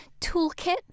toolkit